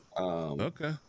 Okay